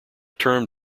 term